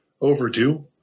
overdue